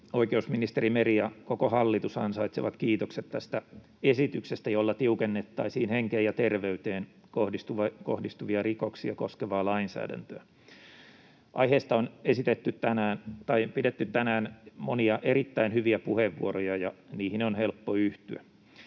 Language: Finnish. Oikeusministeri Meri ja koko hallitus ansaitsevat kiitokset tästä esityksestä, jolla tiukennettaisiin henkeen ja terveyteen kohdistuvia rikoksia koskevaa lainsäädäntöä. Aiheesta on pidetty tänään monia erittäin hyviä puheenvuoroja, ja niihin on helppo yhtyä.